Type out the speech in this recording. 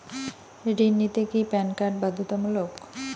ঋণ নিতে কি প্যান কার্ড বাধ্যতামূলক?